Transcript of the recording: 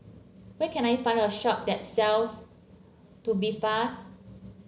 where can I find a shop that sells Tubifast